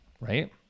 right